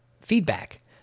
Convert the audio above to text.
feedback